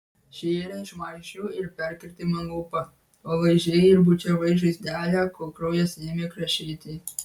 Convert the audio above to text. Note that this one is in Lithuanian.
šėrei šmaikščiu ir perkirtai man lūpą tol laižei ir bučiavai žaizdelę kol kraujas ėmė krešėti